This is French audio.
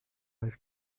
arrive